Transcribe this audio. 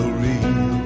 real